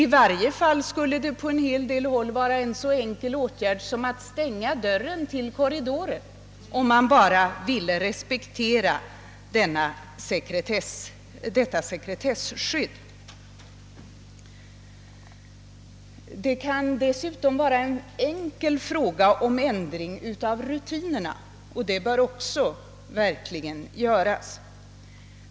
I varje fall skulle det på en hel del håll räcka med en så enkel åtgärd som att stänga dörren till korridoren, om man bara vill respektera detta sekretesskydd. Det kan dessutom vara en enkel fråga om ändring av rutinerna, och det bör också göras.